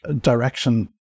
direction